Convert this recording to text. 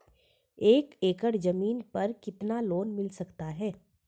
एक एकड़ जमीन पर कितना लोन मिल सकता है?